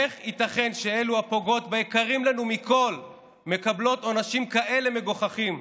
איך ייתכן שאלו הפוגעות ביקרים לנו מכול מקבלות עונשים כאלה מגוחכים?